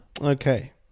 Okay